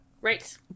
Right